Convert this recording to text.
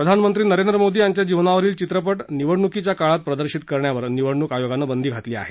प्रधानमंत्री नरेंद्र मोदी यांच्या जीवनावरील चित्रपट निवडणुकीच्या काळात प्रदर्शित करण्यावर निवडणुक आयोगानं बंदी घातली आहे